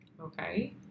Okay